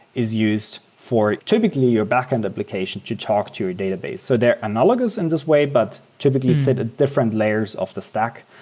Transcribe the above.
is used for typically your backend application to talk to your database. so they're analogous in this way, but typically sit at different layers of the stack.